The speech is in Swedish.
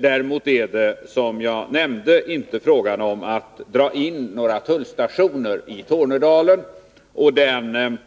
Däremot är det, som jag nämnde, inte fråga om att dra in få några tullstationer i Tornedalen. Den